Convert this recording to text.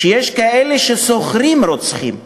שיש כאלה ששוכרים רוצחים,